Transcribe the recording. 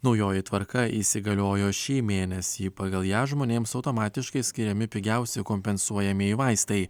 naujoji tvarka įsigaliojo šį mėnesį pagal ją žmonėms automatiškai skiriami pigiausi kompensuojamieji vaistai